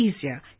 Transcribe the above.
easier